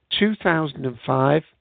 2005